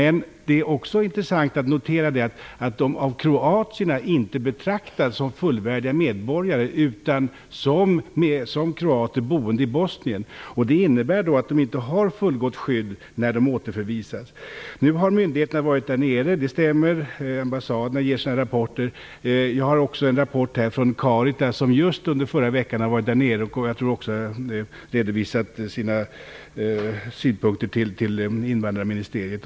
Det är intressant att notera att de av kroaterna inte betraktas som fullvärdiga kroatiska medborgare utan som kroater boende i Bosnien. Det innebär att de inte har något fullgott skydd när de återförvisas. Det stämmer att representanter från myndigheterna nu har varit där nere. Ambassadören ger sina rapporter. Jag har också en rapport från Caritas som var nere under förra veckan. Jag tror att Caritas har redovisat sina synpunkter till invandrarministeriet.